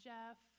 Jeff